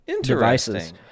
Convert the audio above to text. devices